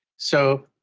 so,